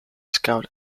scout